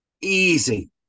easy